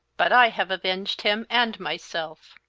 but i have avenged him and myself.